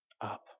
up